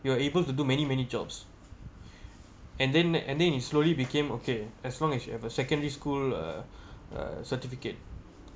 you are able to do many many jobs and then and then it slowly became okay as long as you have a secondary school uh uh certificate